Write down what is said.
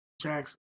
Jackson